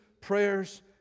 prayers